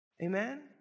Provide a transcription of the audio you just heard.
Amen